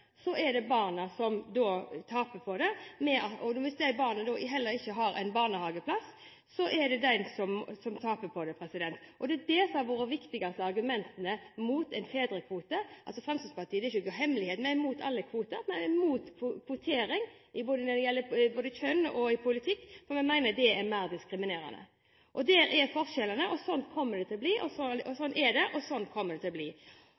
er det barna som taper på det. Hvis barnet heller ikke har barnehageplass, er det igjen barnet som taper på det. Det er det som har vært de viktigste argumentene mot en fedrekvote. Det er ikke noen hemmelighet at Fremskrittspartiet er imot alle kvoter. Vi er imot kvotering når det gjelder både kjønn og i politikk, for vi mener det er mer diskriminerende. Der er forskjellene, sånn er det, og sånn kommer det til å bli. Så hadde representanten Lene Vågslid et spørsmål til Fremskrittspartiet når det gjaldt likestilt foreldreskap og ved samlivsbrudd. Nå er det